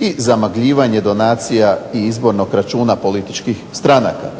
i zamagljivanje donacija i izbornog računa političkih stranaka.